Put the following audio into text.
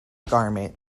garment